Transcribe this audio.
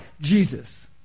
Jesus